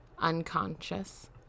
unconscious